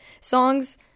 songs